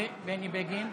בני בגין.